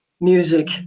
music